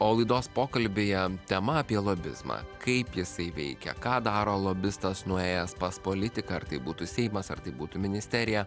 o laidos pokalbyje tema apie lobizmą kaip jisai veikia ką daro lobistas nuėjęs pas politiką ar tai būtų seimas ar tai būtų ministerija